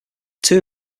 two